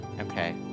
Okay